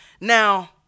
Now